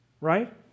right